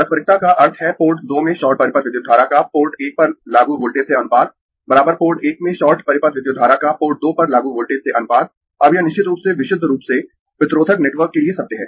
पारस्परिकता का अर्थ है पोर्ट दो में शॉर्ट परिपथ विद्युत धारा का पोर्ट एक पर लागू वोल्टेज से अनुपात पोर्ट एक में शॉर्ट परिपथ विद्युत धारा का पोर्ट दो पर लागू वोल्टेज से अनुपात अब यह निश्चित रूप से विशुद्ध रूप से प्रतिरोधक नेटवर्क के लिए सत्य है